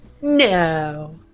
No